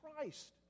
Christ